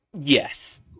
Yes